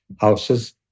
houses